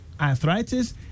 arthritis